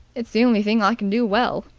it's the only thing i can do well.